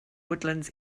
woodlands